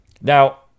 Now